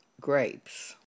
grapes